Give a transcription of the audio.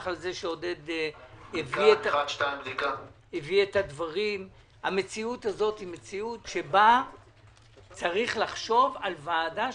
זו מציאות שבה צריך לחשוב על ועדה שתחשוב מה לעשות בעתיד.